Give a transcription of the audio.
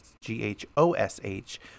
G-H-O-S-H